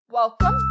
Welcome